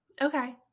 Okay